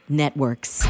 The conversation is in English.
networks